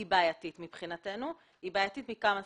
היא בעייתית מבחינתנו וזאת מכמה סיבות.